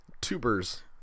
tubers